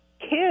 kids